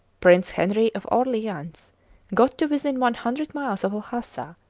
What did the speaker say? prince henri of orleans got to within one hundred miles of lhasa,